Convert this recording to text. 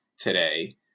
today